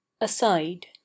Aside